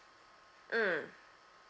mm